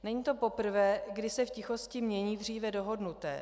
Není to poprvé, kdy se v tichosti mění dříve dohodnuté.